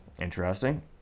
Interesting